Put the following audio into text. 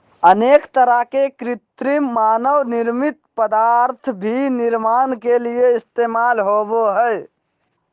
अनेक तरह के कृत्रिम मानव निर्मित पदार्थ भी निर्माण के लिये इस्तेमाल होबो हइ